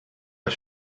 are